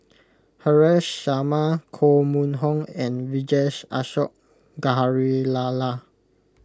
Haresh Sharma Koh Mun Hong and Vijesh Ashok Ghariwala